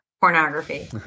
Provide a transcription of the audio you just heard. Pornography